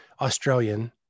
australian